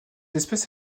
espèce